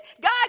god